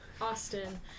Austin